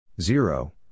Zero